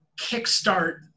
kickstart